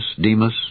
Demas